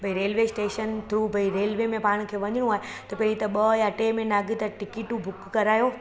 भई railway station through भई railway में पाण खे वञिणो आहे त पहिरीं त ॿ या टे में न अॻिते टिकटूं बुक करायो